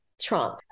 Trump